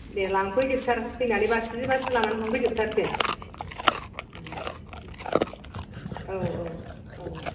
दे लांफै जोबथार फैनानै बासि बासि लानानै थांफै जोबथार दे औ औ औ